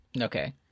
Okay